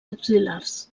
axil·lars